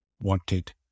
wanted